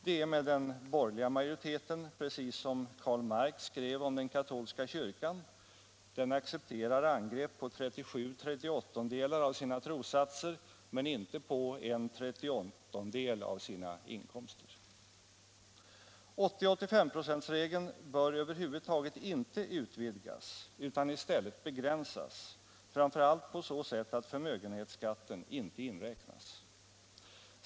Det är med den borgerliga majoriteten precis som Karl Marx skrev om den engelska högkyrkan, att den hellre förlåter ett angrepp på 38 av sina 39 trosartiklar än på en trettioniondel av sina penninginkomster. 80/85-procentsregeln bör över huvud taget inte utvidgas, utan i stället begränsas, framför allt på så sätt att förmögenhetsskatten inte inräknas.